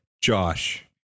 Josh